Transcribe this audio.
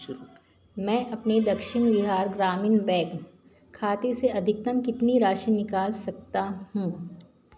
मैं अपने दक्षिण बिहार ग्रामीण बैंक खाते से अधिकतम कितनी राशि निकाल सकता हूँ